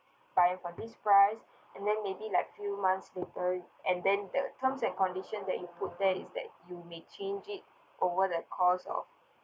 buying from this price and then maybe like few months later and then the terms and condition that you put there is that you may change it over the cost of